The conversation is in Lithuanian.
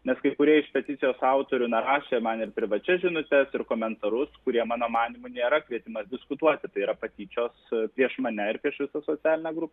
nes kai kurie iš peticijos autorių na rašė man ir privačias žinutes ir komentarus kurie mano manymu nėra kvietimas diskutuoti tai yra patyčios prieš mane ir prieš visą socialinę grupę